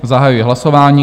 Zahajuji hlasování.